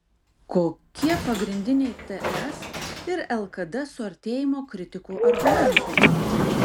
kokie pagrindiniai ts ir lkd suartėjimo kritikų argumentai